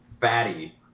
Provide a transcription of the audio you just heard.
fatty